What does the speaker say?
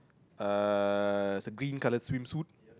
uh is a green colour swimsuit